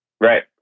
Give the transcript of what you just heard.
Right